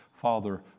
Father